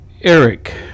Eric